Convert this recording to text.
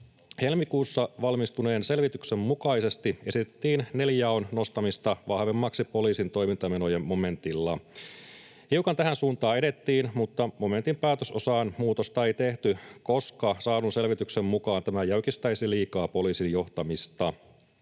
Helmikuussa valmistuneen selvityksen mukaisesti esitettiin nelijaon nostamista vahvemmaksi poliisin toimintamenojen momentilla. Hiukan tähän suuntaan edettiin, mutta momentin päätösosaan muutosta ei tehty, koska saadun selvityksen mukaan tämä jäykistäisi liikaa poliisin johtamista.